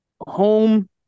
home